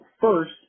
first